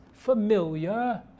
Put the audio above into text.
familiar